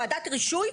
וועדת רישוי?